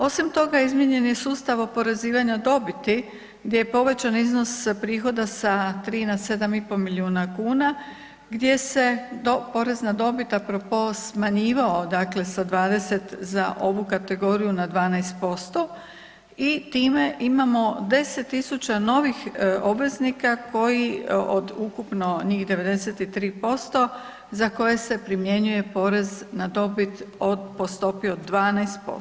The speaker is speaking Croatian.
Osim toga, izmijenjen je sustav oporezivanja dobiti gdje je povećan iznos sa prihoda sa 3 na 7,5 milijuna kuna gdje se porez na dobit a propos smanjivao sa 20 za ovu kategoriju na 12% i time imamo 10.000 novih obveznika koji od ukupno njih 93% za koje se primjenjuje poreza na dobit po stopi od 12%